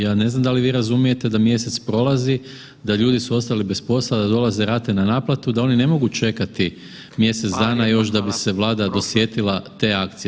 Ja ne znam da li vi razumijete da mjesec prolazi, da ljudi su ostali bez posla, da dolaze rate na naplatu, da oni ne mogu čekati mjesec dana još da bi se Vlada dosjetila te akcije.